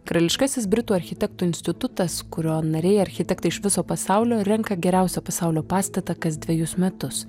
karališkasis britų architektų institutas kurio nariai architektai iš viso pasaulio renka geriausią pasaulio pastatą kas dvejus metus